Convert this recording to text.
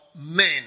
men